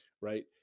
right